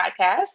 Podcast